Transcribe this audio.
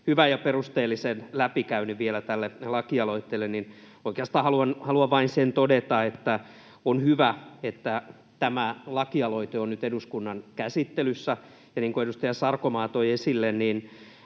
hyvän ja perusteellisen läpikäynnin vielä tälle lakialoitteelle. Oikeastaan haluan vain sen todeta, että on hyvä, että tämä lakialoite on nyt eduskunnan käsittelyssä. Niin kuin edustaja Sarkomaa toi esille,